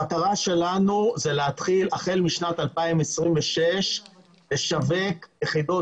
המטרה שלנו היא להתחיל החל משנת 2026 לשווק יחידות